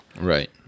Right